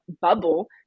bubble